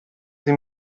sie